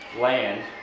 land